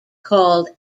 called